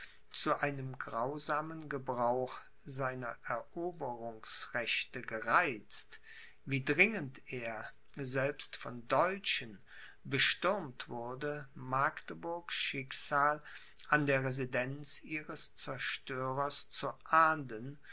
zu einem grausamen gebrauch seiner eroberungsrechte gereizt wie dringend er selbst von deutschen bestürmt wurde magdeburgs schicksal an der residenz ihres zerstörers zu ahnden